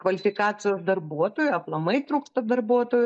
kvalifikacijos darbuotojų aplamai trūksta darbuotojų